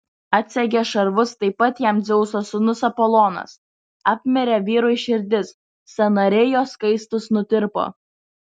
atsegė šarvus taip pat jam dzeuso sūnus apolonas apmirė vyrui širdis sąnariai jo skaistūs nutirpo